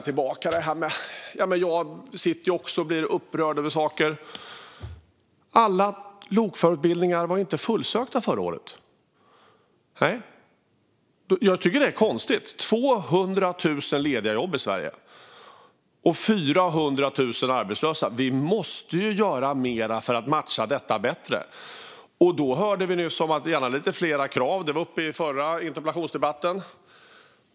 Jag sitter också och blir upprörd över saker. Alla lokförarutbildningar var inte fullsatta förra året. Jag tycker att det är konstigt. Det finns 200 000 lediga jobb i Sverige och 400 000 arbetslösa. Vi måste då göra mer för att matcha detta bättre. Vi hörde nyss något om att det gärna kan vara lite fler krav, och det togs upp i den förra interpellationsdebatten.